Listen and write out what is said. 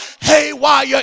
haywire